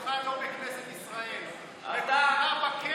מקומך לא בכנסת ישראל, מקומך בכלא.